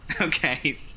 Okay